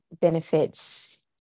benefits